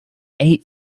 eight